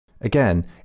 Again